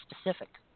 specific